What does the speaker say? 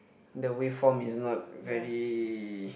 the waveform is not very